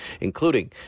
including